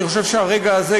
אני חושב שהרגע הזה,